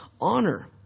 honor